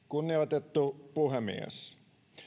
kunnioitettu puhemies